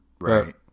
Right